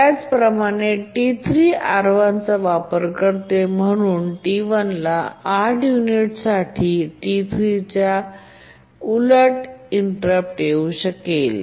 त्याचप्रमाणे T3 R1 चा वापर करते आणि म्हणून T1 ला 8 युनिट्ससाठी T3 च्या इन्व्हरझन इंटेररप्ट येऊ शकेल